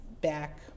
back